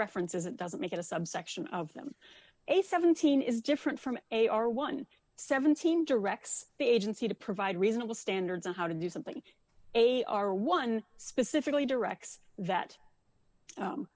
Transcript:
references it doesn't make it a subsection of them a seventeen is different from a r one hundred and seventeen directs the agency to provide reasonable standards on how to do something they are one specifically directs that